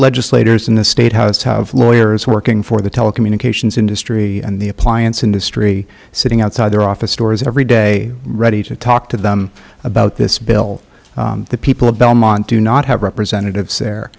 legislators in the state house have lawyers working for the telecommunications industry and the appliance industry sitting outside their office stores every day ready to talk to them about this bill the people of belmont do not have representatives